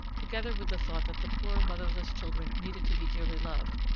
together with the thought that the poor motherless children needed to be dearly loved,